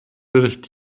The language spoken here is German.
bericht